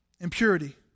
impurity